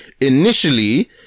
initially